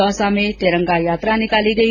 दौसा में तिरंगा यात्रा निकाली गई